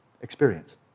experience